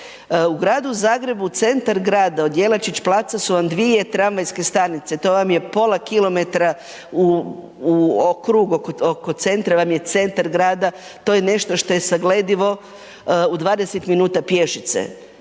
U Gradu Zagrebu centar grada od Jelačić placa su vam dvije tramvajske stanice, to vam je pola km u krug oko centra vam je centar grada to je nešto što je sagledivo u 20 minuta pješice